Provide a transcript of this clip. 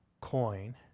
coin